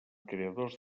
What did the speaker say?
creadors